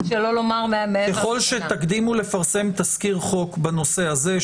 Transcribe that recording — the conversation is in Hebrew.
אני חושב שגם האמירה של השר פה לפרוטוקול של הדיון,